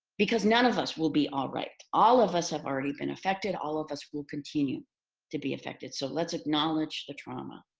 because none of us will be all right. all of us have already been affected. all of us will continue to be affected. so let's acknowledge the trauma.